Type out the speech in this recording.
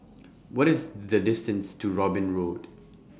What IS The distance to Robin Road